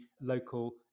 local